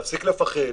להפסיק לפחד,